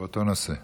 באותו נושא.